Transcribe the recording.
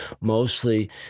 mostly